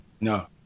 No